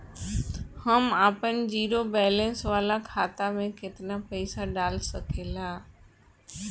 हम आपन zero balance वाला खाता मे केतना पईसा डाल सकेला?